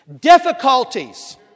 difficulties